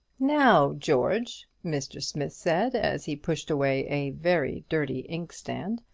now, george, mr. smith said, as he pushed away a very dirty inkstand,